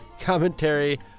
commentary